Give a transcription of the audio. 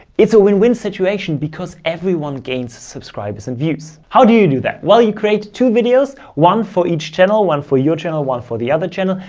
it's a win win situation because everyone gains subscribers and views. how do you do that while you create two videos, one for each channel, one for your channel, one for the other channel.